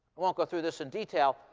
i won't go through this in detail.